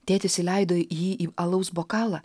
tėtis įleido jį į alaus bokalą